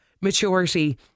maturity